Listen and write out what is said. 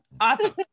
Awesome